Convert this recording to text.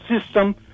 system